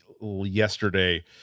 yesterday